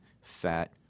fat